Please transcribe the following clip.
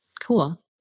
Cool